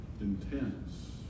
intense